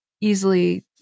easily